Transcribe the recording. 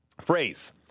phrase